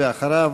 ואחריו,